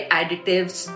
additives